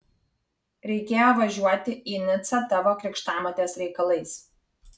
reikėjo važiuoti į nicą tavo krikštamotės reikalais